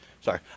sorry